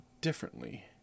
differently